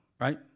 right